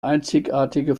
einzigartige